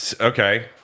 Okay